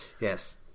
Yes